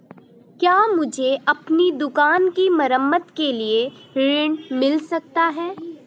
क्या मुझे अपनी दुकान की मरम्मत के लिए ऋण मिल सकता है?